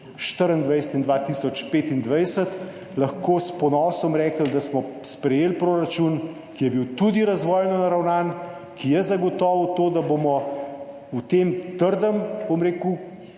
2024 in 2025, lahko s ponosom rekli, da smo sprejeli proračun, ki je bil tudi razvojno naravnan, ki je zagotovil to, da bomo v tem trdem okolju,